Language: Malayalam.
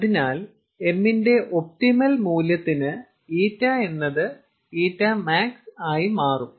അതിനാൽ m ന്റെ ഒപ്റ്റിമൽ മൂല്യത്തിന് ƞ എന്നത് ƞmax ആയി മാറും